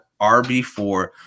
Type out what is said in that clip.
RB4